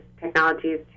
technologies